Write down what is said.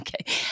Okay